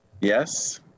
Yes